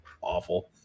awful